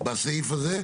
בסעיף הזה?